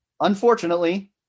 unfortunately